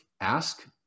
ask